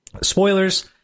spoilers